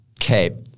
Okay